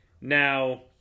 now